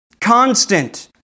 Constant